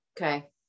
Okay